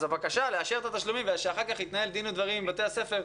אז הבקשה לאשר את התשלומים ושאחר כך יתנהל דין ודברים עם בתי הספר,